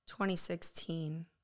2016